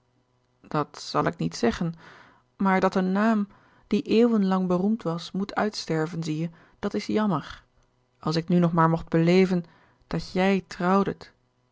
dat zal ik niet zeggen maar dat een naam die eeuwen lang beroemd was moet uitsterven zie je dat is jammer als ik nu nog maar mocht beleven dat jij trouwdet